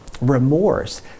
remorse